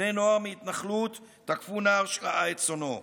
בני נוער מהתנחלות תקפו נער שרעה את צאנו.